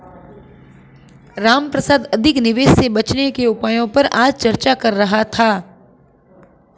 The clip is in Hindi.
रामप्रसाद अधिक निवेश से बचने के उपायों पर आज चर्चा कर रहा था